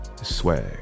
Swag